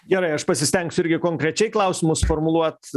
gerai aš pasistengsiu irgi konkrečiai klausimus formuluot